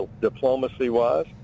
diplomacy-wise